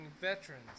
veterans